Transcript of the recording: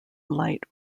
light